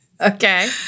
Okay